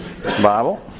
Bible